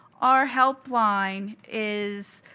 our helpline is